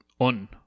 on